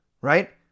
right